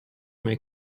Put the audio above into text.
may